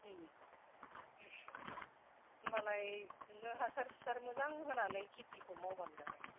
उम होमबालाय फुनो हासार हुसार मोजां होनानै खेतिखौ मावबानो जाबाय